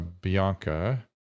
Bianca